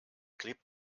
klebt